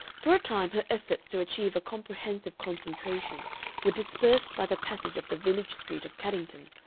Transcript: for a time her efforts to achieve a comprehensive concentration were dispersed by the passage of the village street of caddington,